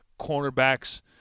cornerbacks